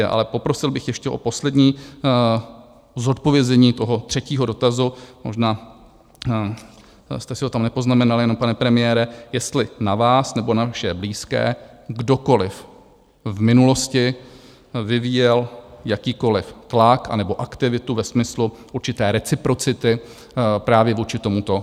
Ale poprosil bych ještě o poslední zodpovězení toho třetího dotazu, možná jste si ho tam nepoznamenal jenom, pane premiére, jestli na vás nebo na vaše blízké kdokoliv v minulosti vyvíjel jakýkoliv tlak anebo aktivitu ve smyslu určité reciprocity právě vůči tomuto vydavatelství.